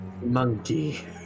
Monkey